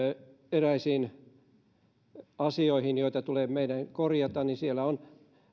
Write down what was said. eräisiin asioihin joita tulee meidän korjata niin siellä on